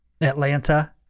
Atlanta